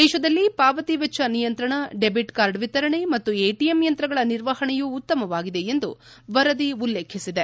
ದೇಶದಲ್ಲಿ ಪಾವತಿ ವೆಚ್ಚ ನಿಯಂತ್ರಣ ಡೆಬಿಟ್ ಕಾರ್ಡ್ ವಿತರಣೆ ಮತ್ತು ಎಟಿಎಂ ಯಂತ್ರಗಳ ನಿರ್ವಹಣೆಯೂ ಉತ್ತಮವಾಗಿದೆ ಎಂದು ವರದಿ ಉಲ್ಲೇಖಿಸಿದೆ